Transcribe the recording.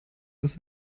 this